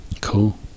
Cool